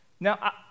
Now